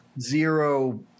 zero